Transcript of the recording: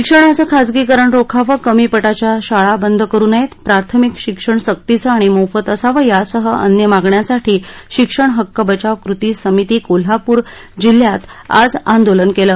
शिक्षणाचं खाजगीकरण रोखावं कमी पटाच्या शाळा बंद करु नयेत प्राथमिक शिक्षण सक्तीचं आणि मोफत असावं यासह अन्य मागण्यांसाठी शिक्षण हक्क बचाव कृती समिती कोल्हापूर जिल्ह्यात आज आंदोलन केलं